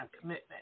commitment